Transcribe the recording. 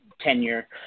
tenure